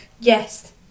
Yes